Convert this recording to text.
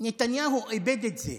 נתניהו איבד את זה.